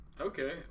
Okay